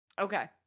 okay